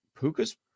Puka's